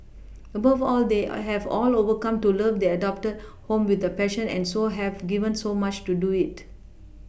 above all they I have all over come to love their adopted home with a passion and so have given so much to do it